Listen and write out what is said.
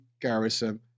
Garrison